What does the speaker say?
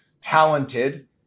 talented